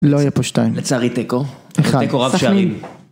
‫לא יהיה פה שתיים. ‫-לצערי תיקו. ‫אחד. ‫-תיקו רב שערים.